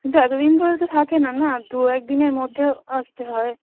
কিন্তু এত দিন ধরে তো থাকে না না দু এক দিনের মধ্যে আসতে হয়